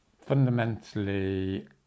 fundamentally